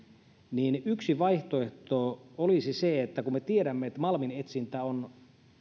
niin yksi vaihtoehto olisi se kun me tiedämme että malminetsintä on